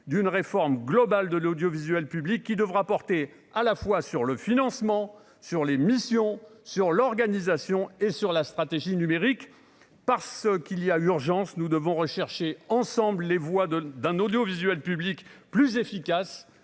d'une réforme globale de l'audiovisuel public qui devra porter à la fois sur le financement sur les missions sur l'organisation et sur la stratégie numérique parce qu'il y a urgence, nous devons rechercher ensemble les voies de d'un audiovisuel public plus efficace,